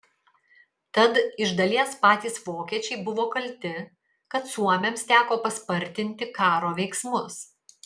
tad iš dalies patys vokiečiai buvo kalti kad suomiams teko paspartinti karo veiksmus